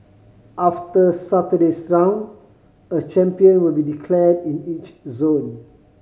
after Saturday's round a champion will be declared in each zone